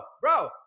bro